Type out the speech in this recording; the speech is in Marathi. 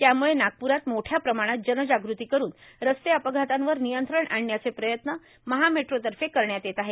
त्यामुळे नागपुरात मोठ्या प्रमाणात जनजगृती करून रस्ते अपघातांवर नियंत्रण आणण्याचे प्रयत्न महा मेट्रो तर्फे करण्यात येत आहे